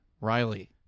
Riley